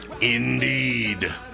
Indeed